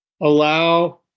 Allow